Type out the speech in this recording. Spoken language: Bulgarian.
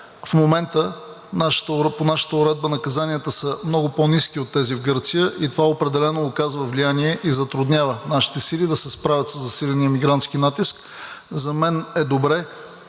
В момента по нашата уредба наказанията са много по-ниски от тези в Гърция и това определено оказва влияние и затруднява нашите сили да се справят със засиления мигрантски натиск. За мен е добре